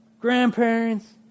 grandparents